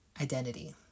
identity